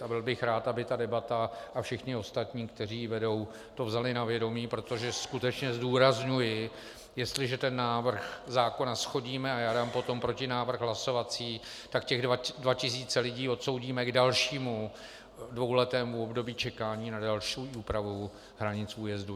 A byl bych rád, aby ta debata a všichni ostatní, kteří ji vedou, to vzali na vědomí, protože skutečně zdůrazňuji, jestliže návrh zákona shodíme, a já dám potom protinávrh hlasovací, tak ty dva tisíce lidí odsoudíme k dalšímu dvouletému období čekání na další úpravu hranic újezdu.